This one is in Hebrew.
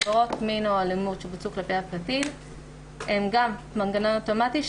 עבירות מין או אלימות שבוצעו כלפי הקטין הן גם מנגנון אוטומטי,